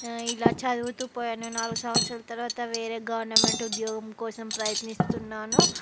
ఇలా చదువుతూపోయాను నాలుగు సంవత్సరాలు తర్వాత వేరే గవర్నమెంట్ ఉద్యోగం కోసం ప్రయత్నిస్తున్నాను